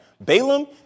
Balaam